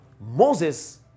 Moses